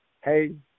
Hey